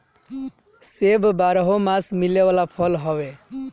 सेब बारहोमास मिले वाला फल हवे